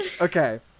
Okay